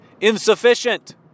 insufficient